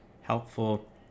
helpful